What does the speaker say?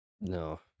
No